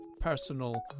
personal